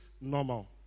normal